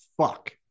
fuck